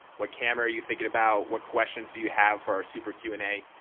what camera are you thinking about? what questions do you have for our super q and a?